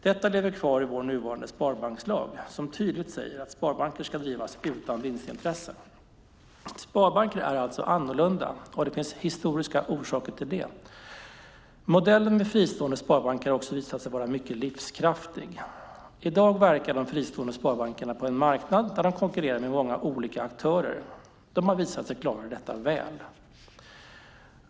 Detta lever kvar i vår nuvarande sparbankslag, som tydligt säger att sparbanker ska drivas utan vinstintresse. Sparbanker är alltså annorlunda, och det finns historiska orsaker till det. Modellen med fristående sparbanker har också visat sig vara mycket livskraftig. I dag verkar de fristående sparbankerna på en marknad där de konkurrerar med många olika aktörer. De har visat sig klara detta väl.